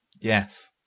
Yes